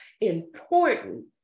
important